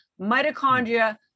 mitochondria